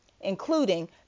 including